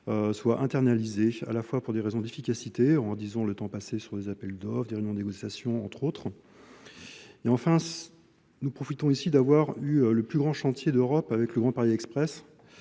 soient internalisées à la fois pour des raisons d'efficacité en disant le temps passé sur les appels d'offres des réunions de négociations. Et enfin, nous ici d'avoir eu le plus grand chantier d'europe avec le Grand Paris Express